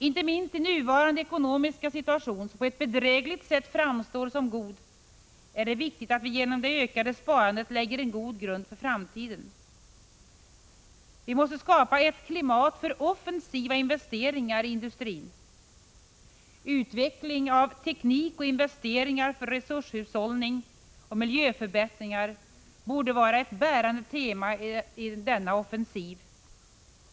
Inte minst i nuvarande ekonomiska situation, som på ett bedrägligt sätt framstår som god, är det viktigt att vi genom det ökande sparandet lägger en god grund för framtiden. Vi måste skapa ett klimat för offensiva investeringar i industrin. Utveckling av teknik och investeringar för resurshushållning och miljöförbättringar borde vara ett bärande tema i denna offensiv.